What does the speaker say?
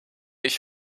ich